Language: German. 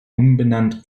umbenannt